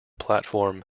platform